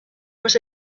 was